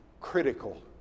critical